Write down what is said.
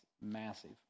massive